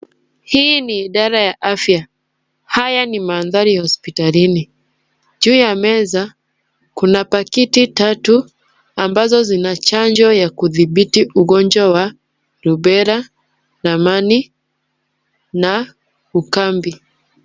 Hii ni idara ya afya. Haya ni mandhari ya hospitalini. Juu ya meza kuna pakiti tatu ambazo zina chanjo ya kudhibiti ugonjwa wa Rubella, namani na ukambi.